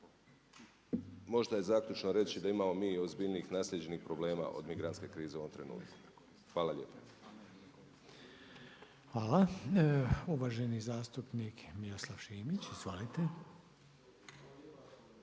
možda i zaključno reći da imamo mi ozbiljnijih naslijeđenih problema od migrantske krize u ovom trenutku. Hvala lijepa. **Reiner, Željko (HDZ)** Uvaženi zastupnik Miroslav Šimić. Izvolite.